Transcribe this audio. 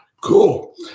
cool